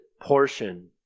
portion